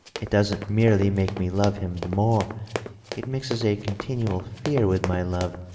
it doesn't merely make me love him the more it mixes a continual fear with my love.